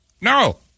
No